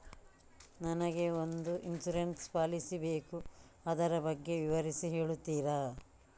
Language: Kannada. ನನಗೆ ಒಂದು ಇನ್ಸೂರೆನ್ಸ್ ಪಾಲಿಸಿ ಬೇಕು ಅದರ ಬಗ್ಗೆ ವಿವರಿಸಿ ಹೇಳುತ್ತೀರಾ?